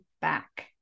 back